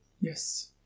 Yes